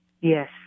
Yes